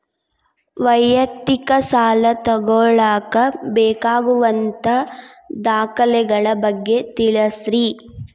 ವೈಯಕ್ತಿಕ ಸಾಲ ತಗೋಳಾಕ ಬೇಕಾಗುವಂಥ ದಾಖಲೆಗಳ ಬಗ್ಗೆ ತಿಳಸ್ರಿ